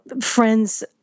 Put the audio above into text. friends